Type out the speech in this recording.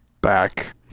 back